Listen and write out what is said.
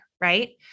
Right